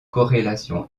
corrélation